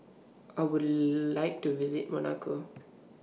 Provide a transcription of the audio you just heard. I Would like to visit Monaco